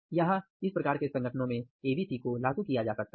वहां इस प्रकार के संगठनों में ABC को लागू किया जा सकता है